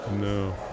No